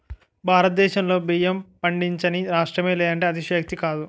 భారతదేశంలో బియ్యం పండించని రాష్ట్రమే లేదంటే అతిశయోక్తి కాదు